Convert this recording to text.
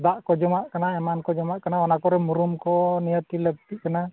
ᱫᱟᱜ ᱠᱚ ᱡᱚᱢᱟᱜ ᱠᱟᱱᱟ ᱮᱢᱟᱱ ᱠᱚ ᱡᱚᱢᱟᱜ ᱠᱟᱱᱟ ᱚᱱᱟ ᱠᱚᱨᱮ ᱢᱩᱨᱩᱢ ᱠᱚ ᱱᱤᱦᱟᱹᱛ ᱜᱮ ᱞᱟᱹᱠᱛᱤᱜ ᱠᱟᱱᱟ